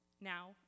Now